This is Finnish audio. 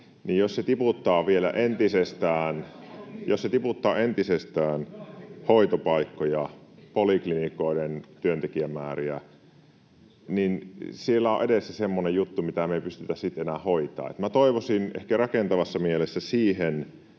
perussuomalaisten ryhmästä] hoitopaikkoja ja poliklinikoiden työntekijämääriä, niin siellä on edessä semmoinen juttu, mitä me ei pystytä sitten enää hoitamaan. Minä toivoisin rakentavassa mielessä siihen